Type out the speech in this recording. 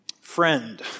Friend